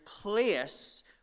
placed